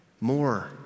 more